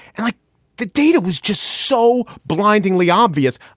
and like the data was just so blindingly obvious.